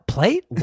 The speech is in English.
Plate